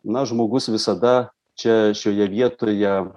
na žmogus visada čia šioje vietoje